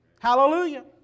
Hallelujah